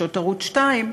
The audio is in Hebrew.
לחדשות ערוץ 2,